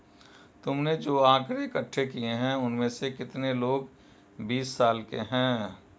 तुमने जो आकड़ें इकट्ठे किए हैं, उनमें से कितने लोग बीस साल के हैं?